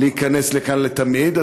ולהיכנס לכאן לתמיד,